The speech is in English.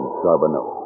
Charbonneau